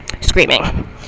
Screaming